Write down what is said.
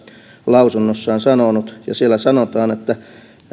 lausunnossaan sanonut siellä sanotaan